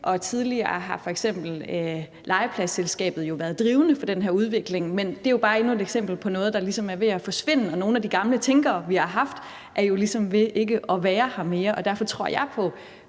Tidligere har f.eks. Dansk Legeplads Selskab jo været drivende for den her udvikling. Men det er jo bare endnu et eksempel på noget, der ligesom er ved at forsvinde. Og nogle af de gamle tænkere, vi har haft, er jo ligesom ved ikke at være her mere, og derfor tror jeg,